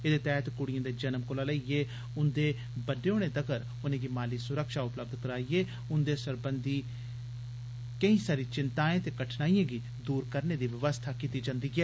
एह्दे तैह्त कुड़िए दे जन्म कोला लेइयै उंदे बड्डे होने तगर उनेंगी माली सुरक्षा उपलब्ध कराइयै उंदे सरबंधी केई चाल्ली दिएं चिंताएं कठनाइएं गी दूर करने दी बवस्था कीती जंदी ऐ